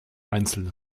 einzelne